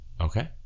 Okay